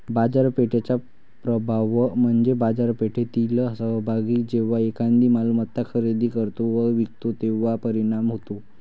बाजारपेठेचा प्रभाव म्हणजे बाजारपेठेतील सहभागी जेव्हा एखादी मालमत्ता खरेदी करतो व विकतो तेव्हा परिणाम होतो